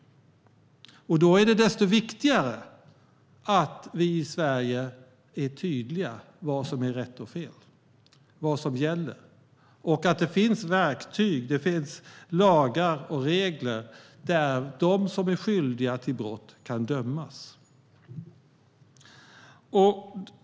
Då är det desto viktigare att vi i Sverige är tydliga med vad som är rätt och fel och vad som gäller och att det finns verktyg, lagar och regler, så att de som är skyldiga till brott kan dömas.